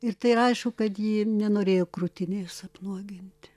ir tai yra aišku kad ji nenorėjo krutinės apnuoginti